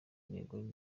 intego